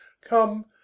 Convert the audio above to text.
come